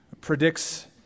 predicts